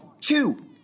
two